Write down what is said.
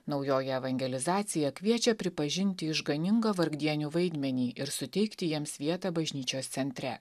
naujoji evangelizacija kviečia pripažinti išganingą vargdienių vaidmenį ir suteikti jiems vietą bažnyčios centre